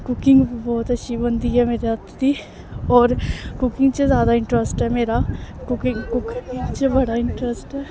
cooking बहुत अच्छी बनदी ऐ मेरे हत्थ दी होर कुकिंग च जादा इंटरस्ट ऐ मेरा कुक कुकिंग च बड़ा इंटरस्ट ऐ